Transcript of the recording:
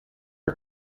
are